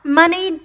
money